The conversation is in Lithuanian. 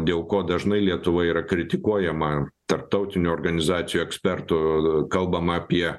dėl ko dažnai lietuva yra kritikuojama tarptautinių organizacijų ekspertų kalbama apie